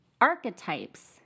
archetypes